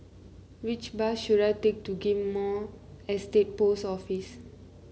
which bus should I take to Ghim Moh Estate Post Office